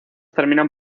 terminan